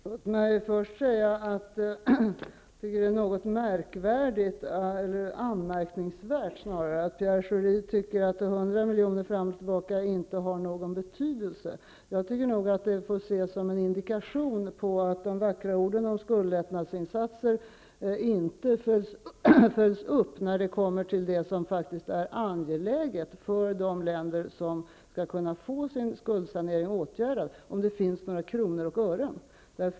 Herr talman! Låt mig först säga att jag tycker att det är något anmärkningsvärt att Pierre Schori anser att 100 miljoner mer eller mindre inte har någon betydelse. Detta får nog ses som en indikation på att de vackra orden om skuldlättnadsinsatser inte följs upp när det kommer till det som faktiskt är angeläget för de länder som skall kunna få sin skuldsanering åtgärdad, nämligen om det finns några kronor och ören.